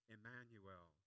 Emmanuel